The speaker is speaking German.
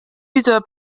dieser